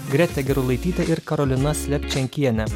greta gerulaitytė ir karolina slepčenkienė